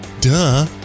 Duh